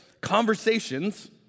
conversations